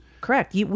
Correct